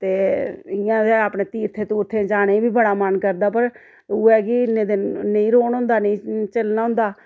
ते इ'यां गै अपने तीर्थ तुर्थं जाने गी बी बड़ा मन करदा पर उ'यै कि इ'न्ने दिन नेईं रौह्न होंदा नेईं चलन होंदा